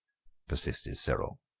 persisted cyril.